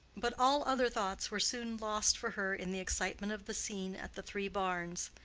but all other thoughts were soon lost for her in the excitement of the scene at the three barns.